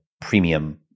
premium